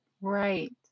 Right